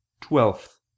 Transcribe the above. twelfth